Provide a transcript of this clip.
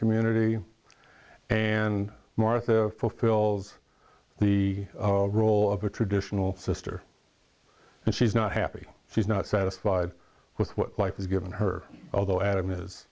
community and martha fulfills the role of a traditional sister and she's not happy she's not satisfied with what life has given her although adam is